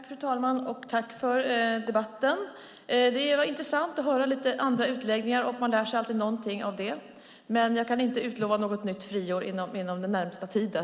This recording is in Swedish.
Fru talman! Jag tackar för debatten. Det var intressant att höra lite andra utläggningar. Man lär sig alltid någonting av det. Men jag kan inte utlova något nytt friår inom den närmaste tiden.